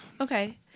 Okay